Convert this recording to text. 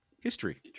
History